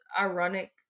ironic